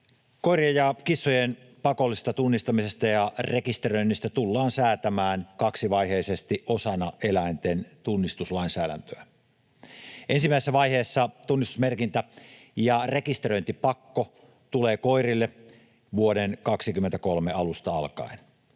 koirien ja kissojen pakollisesta tunnistamisesta ja rekisteröinnistä tullaan säätämään kaksivaiheisesti osana eläinten tunnistuslainsäädäntöä. Ensimmäisessä vaiheessa tunnistusmerkintä ja rekisteröintipakko tulee koirille vuoden 23 alusta alkaen.